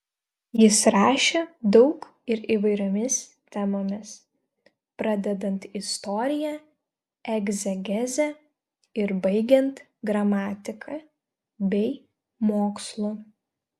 jis rašė daug ir įvairiomis temomis pradedant istorija egzegeze ir baigiant gramatika bei mokslu